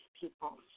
people